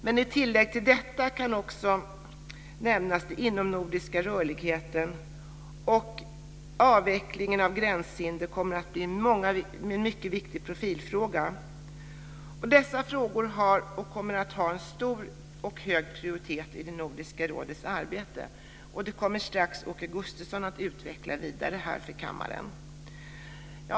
Men i tillägg till detta kom också inomnordisk rörlighet och avveckling av gränshinder att bli viktiga profilfrågor. Dessa frågor har också haft och kommer fortsatt att ha hög prioritet i Nordiska rådets arbete. Åke Gustavsson kommer strax att utveckla detta vidare för kammaren.